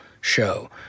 show